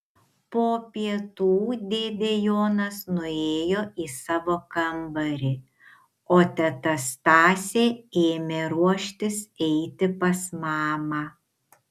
po pietų dėdė jonas nuėjo į savo kambarį o teta stasė ėmė ruoštis eiti pas mamą